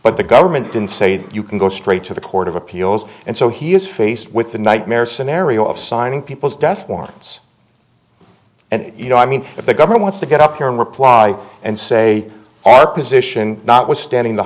but the government didn't say you can go straight to the court of appeals and so he is faced with the nightmare scenario of signing people's death warrants and you know i mean if the governor wants to get up here and reply and say our position notwithstanding the